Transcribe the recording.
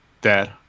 Dad